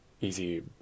easy